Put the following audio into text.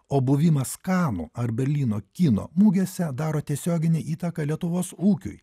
o buvimas kanų ar berlyno kino mugėse daro tiesioginę įtaką lietuvos ūkiui